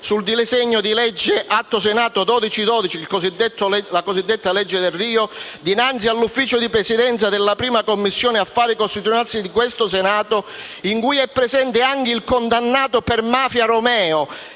sul disegno di legge n. 1212, la cosiddetta legge Delrio, dinanzi all'ufficio di Presidenza della 1a Commissione affari costituzionali del Senato, in cui è presente anche il condannato per mafia Romeo